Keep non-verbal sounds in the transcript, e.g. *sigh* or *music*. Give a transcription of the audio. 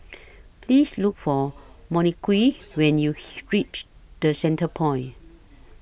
Please Look For Monique when YOU *unintelligible* REACH The Centrepoint